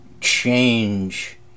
change